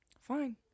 Fine